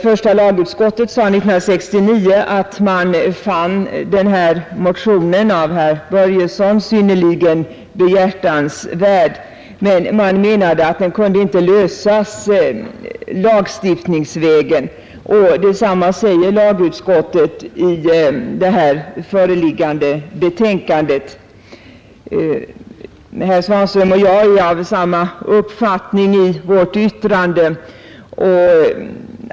Första lagutskottet sade 1969 att man fann herr Börjessons i Falköping motion synnerligen behjärtansvärd, men man menade att problemet inte kunde lösas lagstiftningsvägen. Detsamma säger lagutskottet i det här föreliggande betänkandet. Herr Svanström och jag är av samma uppfattning i vårt yttrande.